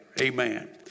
Amen